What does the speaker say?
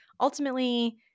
ultimately